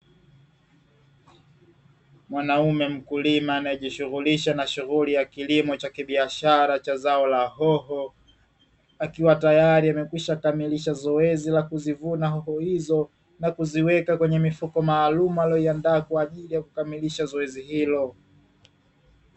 Mwanaume mkulima anayejishughulisha na shughuli ya kilimo cha kibiashara cha zao la hoho, akiwa tayari amekwisha kamilisha zoezi la kuzivuna hoho hizo na kuziweka kwenye mifuko maalumu aliyoiandaa kwa ajili ya kukamilisha zoezi hilo.